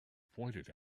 pointed